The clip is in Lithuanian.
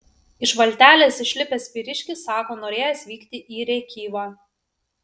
iš valtelės išlipęs vyriškis sako norėjęs vykti į rėkyvą